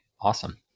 awesome